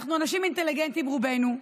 אנחנו אנשים אינטליגנטים, רובנו,